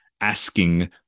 asking